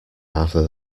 rather